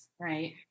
right